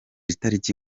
itariki